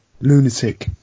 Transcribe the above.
lunatic